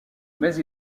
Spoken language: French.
mais